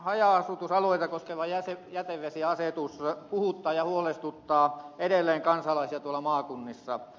haja asutusalueita koskeva jätevesiasetus puhuttaa ja huolestuttaa edelleen kansalaisia maakunnissa